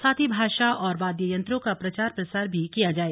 साथ ही भाषा और वाद्य यंत्रों का प्रचार प्रसार भी किया जाय